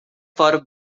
for